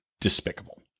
Despicable